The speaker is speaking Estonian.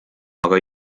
aga